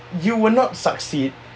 you will not succeed